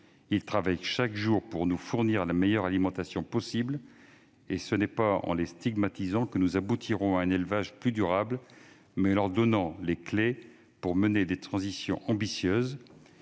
Ils travaillent chaque jour pour nous fournir la meilleure alimentation possible. Ce n'est pas en les stigmatisant que nous aboutirons à un élevage plus durable, mais en leur donnant les clés pour mener des transitions ambitieuses.